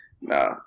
Nah